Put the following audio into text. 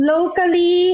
Locally